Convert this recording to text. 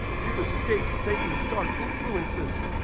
you've escaped satan's dark influences,